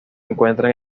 encuentran